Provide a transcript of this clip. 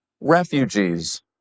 refugees